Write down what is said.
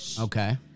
Okay